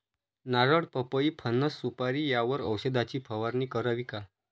नारळ, पपई, फणस, सुपारी यावर औषधाची फवारणी करावी का?